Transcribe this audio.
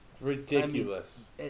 Ridiculous